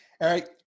Eric